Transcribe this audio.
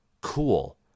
Cool